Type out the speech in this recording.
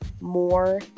more